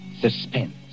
Suspense